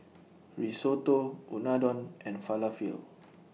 Risotto Unadon and Falafel